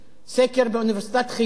סקר שנעשה באוניברסיטת חיפה,